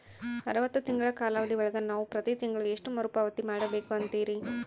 ಅರವತ್ತು ತಿಂಗಳ ಕಾಲಾವಧಿ ಒಳಗ ನಾವು ಪ್ರತಿ ತಿಂಗಳು ಎಷ್ಟು ಮರುಪಾವತಿ ಮಾಡಬೇಕು ಅಂತೇರಿ?